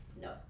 No